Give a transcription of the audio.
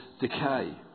decay